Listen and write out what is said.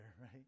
right